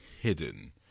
hidden